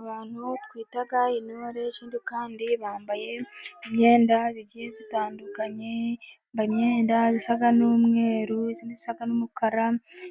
Abantu twita intore, ikindi kandi bambaye imyenda igiye itandukanye, bambaye imyenda isa n'umweru, iyindi isa n'umukara,